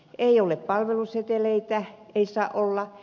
ei ole palveluseteleitä ei saa olla